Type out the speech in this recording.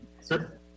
sir